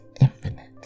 infinite